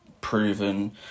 proven